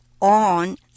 on